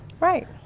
Right